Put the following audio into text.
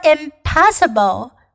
impossible